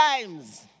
times